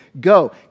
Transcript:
go